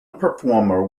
performer